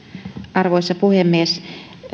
arvoisa puhemies